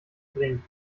bringen